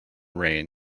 rain